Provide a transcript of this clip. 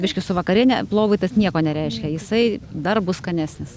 biški su vakariene plovui tas nieko nereiškia jisai dar bus skanesnis